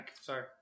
sorry